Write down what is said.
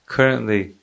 Currently